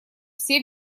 все